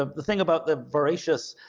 ah the thing about the voracious,